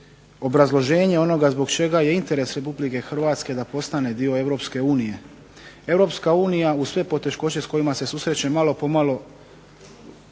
obrazloženje onoga zbog čega je interes Republike Hrvatske da postane dio Europske unije. Europska unija uz sve poteškoće s kojima se susreće malo po malo